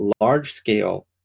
large-scale